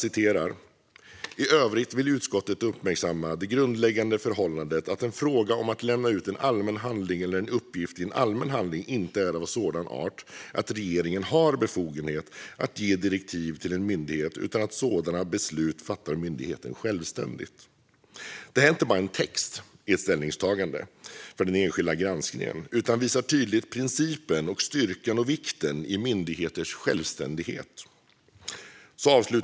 "I övrigt vill utskottet uppmärksamma det grundläggande förhållandet att en fråga om att lämna ut en allmän handling eller en uppgift i en allmän handling inte är av sådan art att regeringen har befogenhet att ge direktiv till en myndighet utan sådana beslut fattar myndigheten självständigt." Det här är inte bara en text i ett ställningstagande för den enskilda granskningen utan visar tydligt principen för, styrkan i och vikten av myndigheters självständighet.